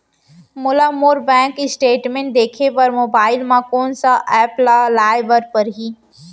मोला मोर bank statement देखे बर मोबाइल मा कोन सा एप ला लाए बर परही?